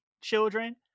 children